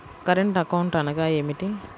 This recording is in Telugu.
కరెంట్ అకౌంట్ అనగా ఏమిటి?